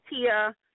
Tia